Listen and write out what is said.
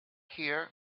here